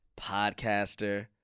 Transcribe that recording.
podcaster